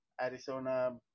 Arizona